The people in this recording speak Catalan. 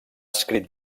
escrit